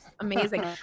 Amazing